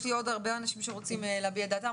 יש עוד הרבה אנשים שרוצים להביע את דעתם,